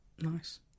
Nice